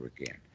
again